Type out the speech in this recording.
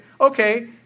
okay